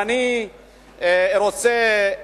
אני רוצה,